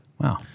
wow